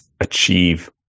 achieve